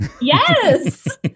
Yes